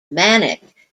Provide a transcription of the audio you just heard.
manic